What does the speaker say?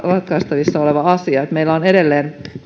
ratkaistavissa oleva asia meillä on edelleen